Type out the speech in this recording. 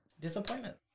disappointment